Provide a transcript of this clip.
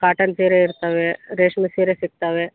cotton ಸೀರೆ ಇರ್ತವೆ ರೇಷ್ಮೆ ಸೀರೆ ಸಿಗ್ತವೆ